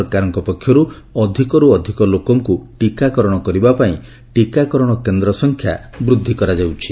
ସରକାରଙ୍କ ପକ୍ଷରୁ ଅଧିକରୁ ଅଧିକ ଲୋକଙ୍କୁ ଟିକାକରଣ କରିବାପାଇଁ ଟିକାକରଣ କେନ୍ଦ୍ର ସଂଖ୍ୟା ବୃଦ୍ଧି କରାଯାଉଛି